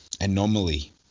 anomaly